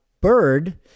bird